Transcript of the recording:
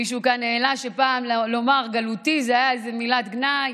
מישהו כאן העלה שפעם לומר "גלותי" זו הייתה מילת גנאי.